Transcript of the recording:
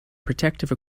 protective